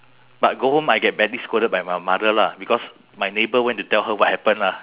they gossip around lah then my mother was coincidentally she was at the market